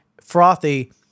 frothy